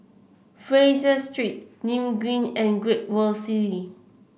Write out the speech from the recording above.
Fraser Street Nim Green and Great World City